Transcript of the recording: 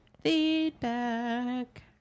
feedback